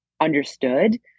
understood